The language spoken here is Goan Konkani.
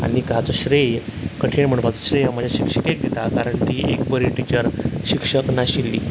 आनी हाचो श्रेय कठीण म्हणपाचो श्रेय ह्या म्हज्या शिक्षिकेक दितां कारण तीं एक बरी टिचर शिक्षक नाशिल्ली